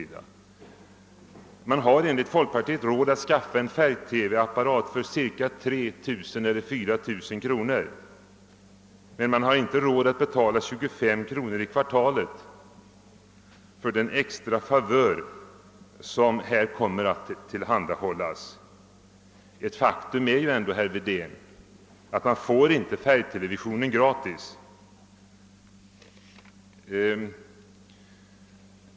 Enligt folkpartiets uppfattning skulle man ha råd att skaffa sig färg-TV-apparat för cirka 3 000—4 000 kronor, men man skulle inte ha råd att betala 25 kronor i kvartalet för den extra favör som här kommer att tillhandahållas! Ett faktum är väl ändå, herr Wedén, att man inte får färgtelevisionen gratis!